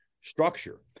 structure